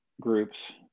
groups